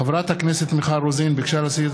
חברת הכנסת מיכל רוזין ביקשה להסיר את